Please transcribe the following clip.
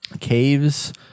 caves